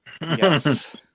Yes